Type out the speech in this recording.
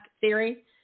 theory